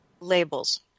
labels